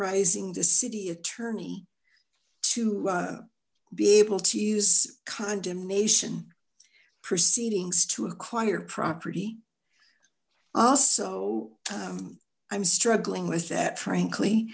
zing the city attorney to be able to use condemnation proceedings to acquire property also i'm struggling with that frankly